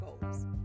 Goals